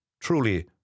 Truly